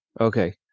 okay